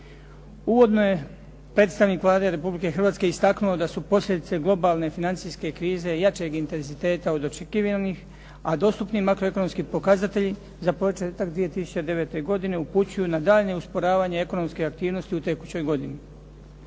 Uvodno je predstavnik Vlade Republike Hrvatske istaknuo da su posljedice globalne financijske krize jačeg intenziteta od očekivanih, a dostupni makroekonomski pokazatelji za početak 2009. godine upućuju na daljnje usporavanje ekonomske aktivnosti u tekućoj godini.